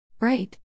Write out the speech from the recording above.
Right